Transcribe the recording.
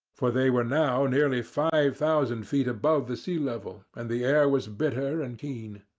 for they were now nearly five thousand feet above the sea level, and the air was bitter and keen.